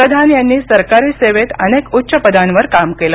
प्रधान यांनी सरकारी सेवेत अनेक उच्च पदांवर काम केलं